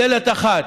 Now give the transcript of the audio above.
בדלת אחת